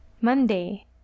monday